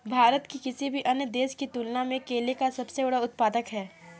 भारत किसी भी अन्य देश की तुलना में केले का सबसे बड़ा उत्पादक है